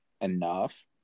enough